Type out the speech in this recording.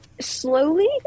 slowly